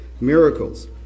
miracles